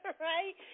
right